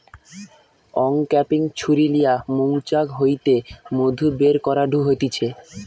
uncapping ছুরি লিয়া মৌচাক হইতে মধু বের করাঢু হতিছে